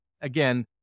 again